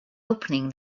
opening